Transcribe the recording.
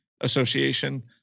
association